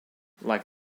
like